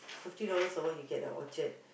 fifty dollars or what he get at Orchard